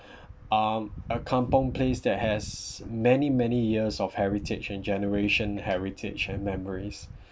um a kampung place that has many many years of heritage and generation heritage and memories